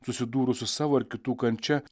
susidūrus su savo ar kitų kančia